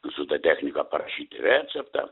su ta technika parašyti receptą